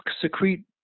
secrete